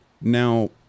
Now